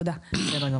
תודה.